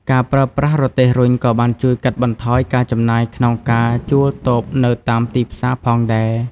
ការប្រើប្រាស់រទេះរុញក៏បានជួយកាត់បន្ថយការចំណាយក្នុងការជួលតូបនៅតាមទីផ្សារផងដែរ។